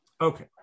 Okay